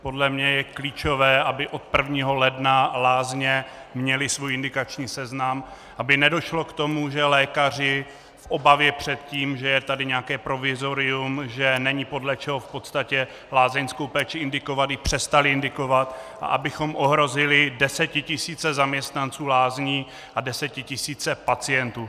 Podle mě je klíčové, aby od 1. ledna lázně měly svůj indikační seznam, aby nedošlo k tomu, že lékaři v obavě před tím, že je tady nějaké provizorium, že není podle čeho lázeňskou péči indikovat, by ji přestali indikovat, a abychom ohrozili desetitisíce zaměstnanců lázní a desetitisíce pacientů.